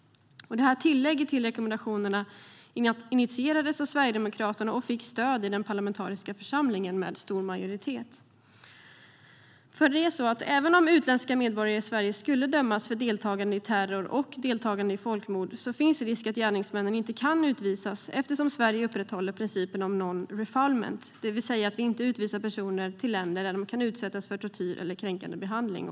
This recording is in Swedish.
Detta tillägg till rekommendationerna initierades av Sverigedemokraterna och fick stöd i den parlamentariska församlingen med stor majoritet. Även om utländska medborgare i Sverige skulle dömas för deltagande i terror och folkmord finns risk att gärningsmännen inte kan utvisas eftersom Sverige upprätthåller principen om non-refoulment, det vill säga att vi inte utvisar personer till länder där de kan utsättas för tortyr eller kränkande behandling.